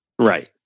right